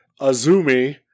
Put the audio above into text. azumi